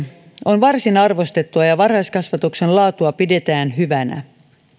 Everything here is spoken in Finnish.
on varsin arvostettua ja varhaiskasvatuksen laatua pidetään hyvänä